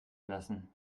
lassen